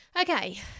okay